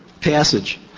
passage